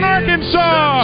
Arkansas